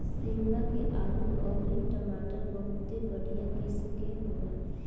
शिमला के आलू अउरी टमाटर बहुते बढ़िया किसिम के होला